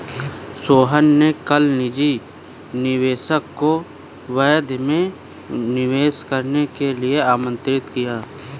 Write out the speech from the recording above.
सोहन ने कल निजी निवेशक को वर्धा में निवेश करने के लिए आमंत्रित किया